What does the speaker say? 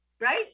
Right